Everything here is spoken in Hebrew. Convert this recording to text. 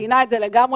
מבינה את זה לגמרי.